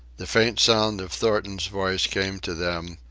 the faint sound of thornton's voice came to them,